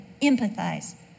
empathize